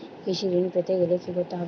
কৃষি ঋণ পেতে গেলে কি করতে হবে?